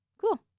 Cool